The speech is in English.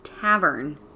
tavern